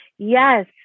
Yes